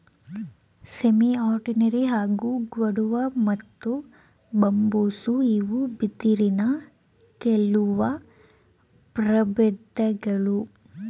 ಸೆಮಿಅರುಂಡಿನೆರಿ ಹಾಗೂ ಗ್ವಾಡುವ ಮತ್ತು ಬಂಬೂಸಾ ಇವು ಬಿದಿರಿನ ಕೆಲ್ವು ಪ್ರಬೇಧ್ಗಳು